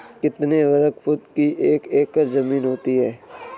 कितने वर्ग फुट की एक एकड़ ज़मीन होती है?